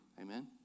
Amen